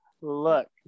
look